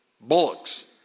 bullocks